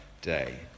day